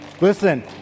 Listen